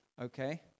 okay